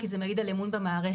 כי זה מעיד על אמון במערכת